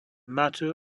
matter